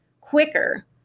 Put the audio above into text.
quicker